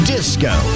Disco